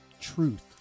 truth